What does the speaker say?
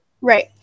Right